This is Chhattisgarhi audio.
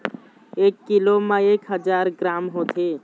एक कीलो म एक हजार ग्राम होथे